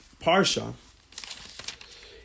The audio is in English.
parsha